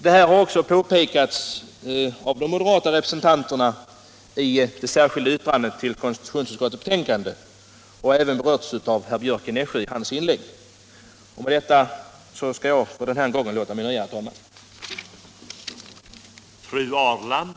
Detta har också påpekats av de moderata representanterna i det särskilda yttrandet i konstitutionsutskottets betänkande och även berörts av herr Björck i Nässjö. Med detta, herr talman, låter jag mig nöja denna gång.